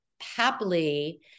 happily